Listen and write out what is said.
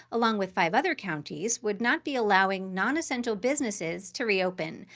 along with five other counties, would not be allowing non-essential businesses to reopen,